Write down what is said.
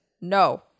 no